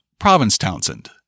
Provincetownsend